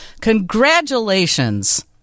Congratulations